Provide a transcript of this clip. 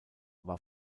war